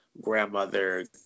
grandmother